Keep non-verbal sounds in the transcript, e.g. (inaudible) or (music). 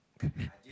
(breath)